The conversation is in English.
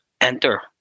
enter